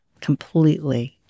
Completely